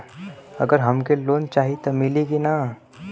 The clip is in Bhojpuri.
अगर हमके लोन चाही त मिली की ना?